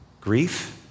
grief